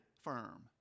firm